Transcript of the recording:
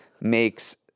makes